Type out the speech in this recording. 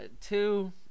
two